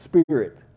Spirit